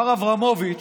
מר אברמוביץ'